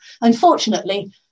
Unfortunately